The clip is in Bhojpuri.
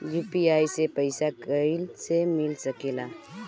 यू.पी.आई से पइसा कईसे मिल सके ला?